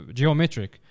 geometric